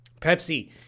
Pepsi